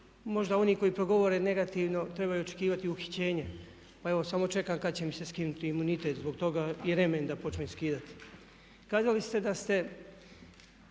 možda oni koji progovore negativno trebaju očekivati uhićenje. Pa evo samo čekam kad će mi se skinuti imunitet i zbog toga remen da počnem skidati.